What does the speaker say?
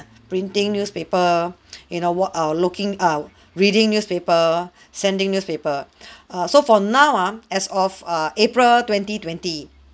printing newspaper you know what our looking uh reading newspaper sending newspaper err so for now ah as of err april twenty twenty